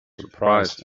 surprised